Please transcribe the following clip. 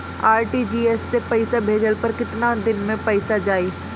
RTGS से पईसा भेजला पर केतना दिन मे पईसा जाई?